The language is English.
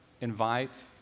invite